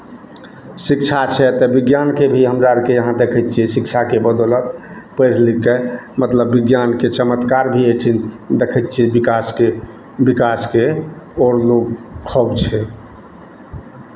शिक्षा छै तऽ विज्ञानके भी हमरा आरके यहाँ देखै छियै शिक्षाके बदौलत पढ़ि लिखि कऽ मतलब विज्ञानके चमत्कार भी एहिठिन देखै छियै विकासके विकासके ओर लोक खूब छै